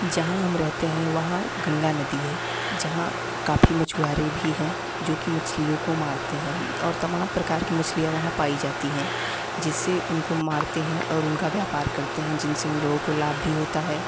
जहाँ हम रहते हैं वहाँ गंगा नदी है जहाँ काफ़ी मछुआरे भी हैं जो कि मछलियों को मारते हैं और तमाम प्रकार की मछलियाँ वहाँ पाई जाती हैं जिससे उनको मारते हैं और उनका व्यापार करते हैं जिनसे उन लोगों को लाभ भी होता है